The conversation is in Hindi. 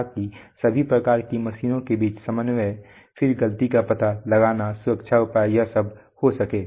ताकि सभी प्रकार की मशीनों के बीच समन्वय फिर गलती का पता लगाना सुरक्षा उपाय यह सब हो सके